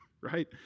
right